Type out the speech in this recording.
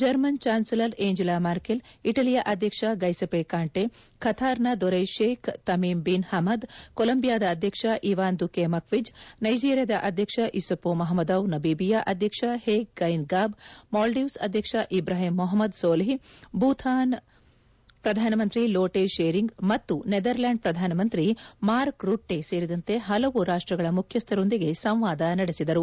German chancellor Angela Merkel ಇಟಲಿಯ ಅಧ್ಯಕ್ಷ Giuseppe Conte Qatar ನ ದೊರೆ ಶೇಖ್ ತಮೀಮ್ ಬಿನ್ ಹಮದ್ ಕೊಲಂಬಿಯಾದ ಅಧ್ಯಕ್ಷ ಇವಾನ್ ದುಕೆ ಮಕ್ವಿಜ್ ನೈಜೀರಿಯಾ ಅಧ್ಯಕ್ಷ ಇಸ್ಸುಫು ಮಹಮದೌ ನಮೀಬಿಯಾ ಅಧ್ಯಕ್ಷ ಹೇಗ್ ಗೈನ್ ಗಾಬ್ ಮಾಲ್ಡೀವ್ಸ್ ಅಧ್ಯಕ್ಷ ಇಬ್ರಾಹಿಂ ಮೊಹಮದ್ ಸೋಲಿಹ್ ಭೂತಾನ್ ಪ್ರಧಾನಮಂತ್ರಿ ಲೋಟೆ ಶೇರಿಂಗ್ ಮತ್ತು ನೆದರ್ ಲ್ಯಾಂಡ್ ಪ್ರಧಾನಮಂತ್ರಿ ಮಾರ್ಕ್ ರುಟ್ಟೆ ಸೇರಿದಂತೆ ಹಲವು ರಾಷ್ಟ್ರಗಳ ಮುಖ್ಯಸ್ಥರೊಂದಿಗೆ ಸಂವಾದ ನಡೆಸಿದರು